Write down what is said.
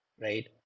right